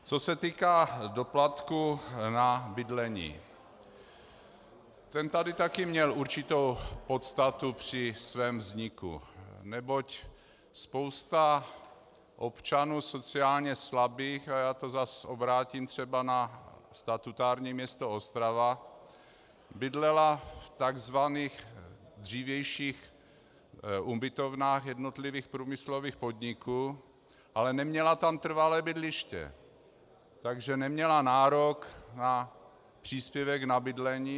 Co se týká doplatku na bydlení, ten tady taky měl určitou podstatu při svém vzniku, neboť spousta občanů sociálně slabých, a já to zas obrátím třeba na statutární město Ostrava, bydlela v takzvaných dřívějších ubytovnách jednotlivých průmyslových podniků, ale neměla tam trvalé bydliště, takže neměla nárok na příspěvek na bydlení.